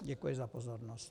Děkuji za pozornost.